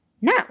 now